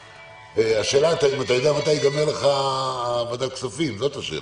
השאלה מתי תיגמר ועדת הכספים, זאת השאלה.